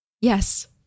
Yes